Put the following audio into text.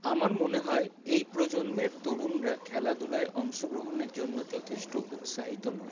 আমার মনে হয় এই প্রজন্মের তরুণরা খেলাধুলায় অংশগ্রহণের জন্য যথেষ্ট উৎসাহিত নয়